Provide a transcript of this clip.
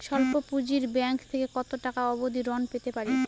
স্বল্প পুঁজির ব্যাংক থেকে কত টাকা অবধি ঋণ পেতে পারি?